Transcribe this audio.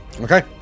Okay